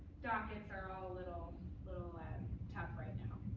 dockets are all a little little and tough, right now.